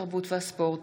התרבות והספורט